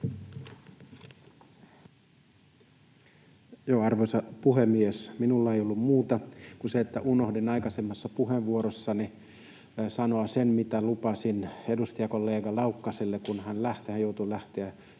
Arvoisa puhemies! Minulla ei ollut muuta kuin se, että unohdin aikaisemmassa puheenvuorossani sanoa sen, mitä lupasin edustajakollega Laukkaselle, kun hän lähti. Hän joutui